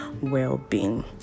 well-being